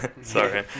sorry